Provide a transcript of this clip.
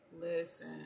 listen